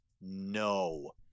no